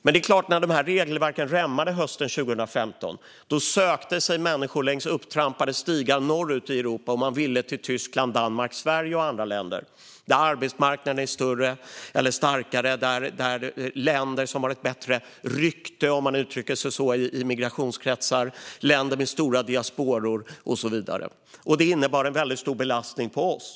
Men när regelverken rämnade hösten 2015 sökte sig människor längs upptrampade stigar norrut i Europa; man ville till Tyskland, Danmark, Sverige och andra länder. Det är länder där arbetsmarknaden är starkare, som har ett bättre rykte, om man uttrycker sig så, i migrationskretsar och där det finns stora diasporor. Detta innebar en väldigt stor belastning på oss.